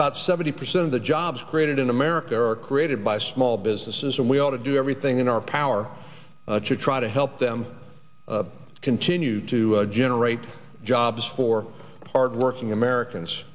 about seventy percent of the jobs created in america are created by small businesses and we ought to do everything in our power to try to help them continue to generate jobs for hardworking americans